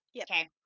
okay